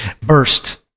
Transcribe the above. burst